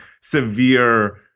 severe